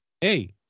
Hey